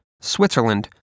Switzerland